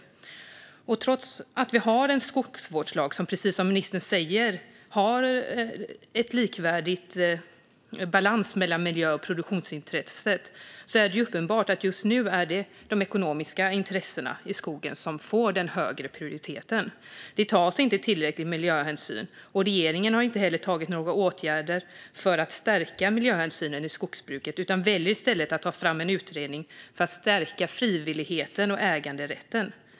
Trots att vi precis som ministern säger har en skogsvårdslag som säger att det ska vara likvärdighet och balans mellan miljö och produktionsintressen är det uppenbart att det just nu är de ekonomiska intressena i skogen som får högre prioritet. Det tas inte tillräcklig miljöhänsyn, och regeringen har inte vidtagit några åtgärder för att stärka miljöhänsynen i skogsbruket utan väljer i stället att ta fram en utredning för att stärka frivilligheten och äganderätten.